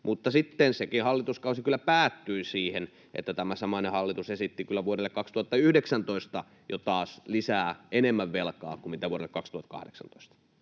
mutta sitten sekin hallituskausi kyllä päättyi siihen, että tämä samainen hallitus esitti vuodelle 2019 jo taas enemmän velkaa kuin mitä vuodelle 2018.